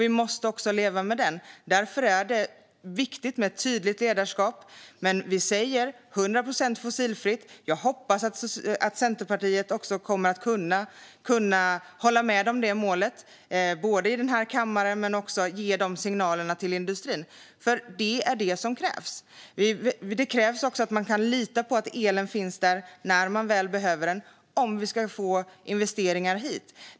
Vi måste leva med den. Därför är det viktigt med ett tydligt ledarskap. Men vi säger att vi ska ha 100 procent fossilfritt. Jag hoppas att också Centerpartiet kommer att kunna ansluta sig till det målet här i kammaren men också ge den signalen till industrin, för det är det som krävs. Det krävs också att man kan lita på att elen finns där när man väl behöver den, om vi ska få investeringar hit.